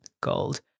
gold